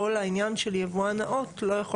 כל העניין של יבואן נאות לא יכול